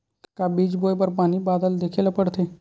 का बीज बोय बर पानी बादल देखेला पड़थे?